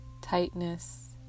tightness